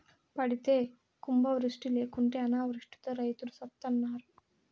పడితే కుంభవృష్టి లేకుంటే అనావృష్టితో రైతులు సత్తన్నారు